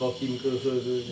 kau him ke her ke